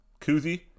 koozie